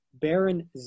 Baron